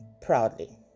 proudly